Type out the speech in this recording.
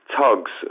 tugs